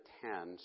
ten